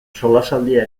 solasaldia